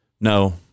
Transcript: no